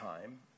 time